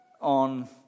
on